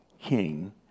king